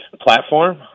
platform